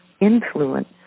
influence